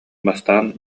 бастаан